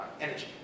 energy